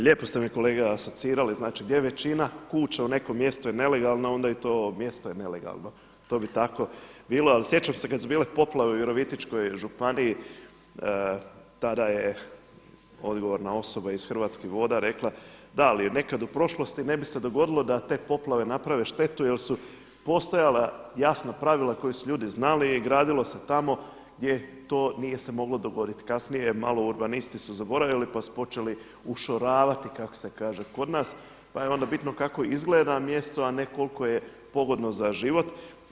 Lijepo ste me kolega asocirali gdje je većina kuća u nekom mjestu je nelegalna onda i to mjesto je nelegalno, to bi tako bilo ali sjećam se kad su bile poplave u Virovitičkoj županiji tada je odgovorna osoba iz Hrvatskih voda rekla da ali je nekad u prošlosti ne bi se dogodilo da te poplave naprave štetu jer su postojala jasna pravila koja su ljudi znali i gradilo se tamo gdje to nije se moglo dogoditi, kasnije malo urbanisti su zaboravili pa su počeli ušoravati kako se kaže kod nas , pa je onda bitno kako izgleda mjesto a ne koliko je pogodno za život.